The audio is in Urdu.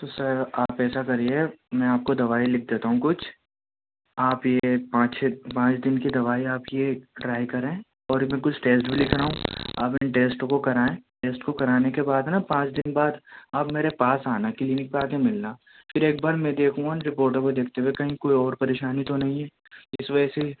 تو سر آپ ایسا کریے میں آپ کو دوائی لکھ دیتا ہوں کچھ آپ یہ پانچ چھ پانچ دن کی دوائی آپ یہ ٹرائی کریں اور اس میں کچھ ٹیسٹ بھی لکھ رہا ہوں آپ ان ٹیسٹ کو کرائیں ٹیسٹ کو کرانے کے بعد نا پانچ دن بعد آپ میرے پاس آنا کلینک پہ آ کے ملنا پھر ایک بار میں دیکھوں گا رپوٹوں کو دیکھتے ہوئے کہیں اور کوئی پریشانی تو نہیں ہے اس وجہ سے